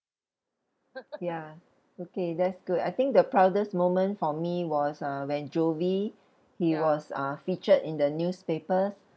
ya okay that's good I think the proudest moment for me was uh when jovie he was uh featured in the newspapers